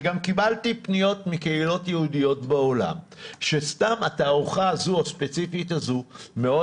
אני גם קיבלתי פניות מקהילות יהודיות בעולם שהתערוכה הספציפית הזו מאוד